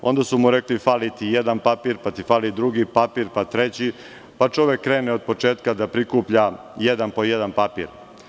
Onda su mu rekli - fali ti jedan papir, pa ti fali drugi papir, pa treći, pa čovek krene od početka da prikuplja jedan po jedan papir.